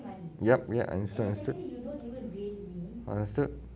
yup understood understood understood